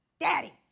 daddy